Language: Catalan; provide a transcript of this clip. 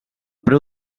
preu